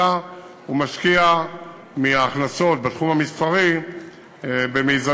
אלא הוא משקיע מההכנסות בתחום המסחרי במיזמים